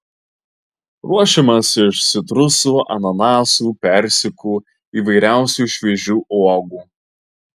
ruošiamas iš citrusų ananasų persikų įvairiausių šviežių uogų